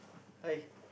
I